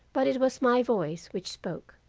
but it was my voice which spoke.